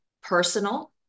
personal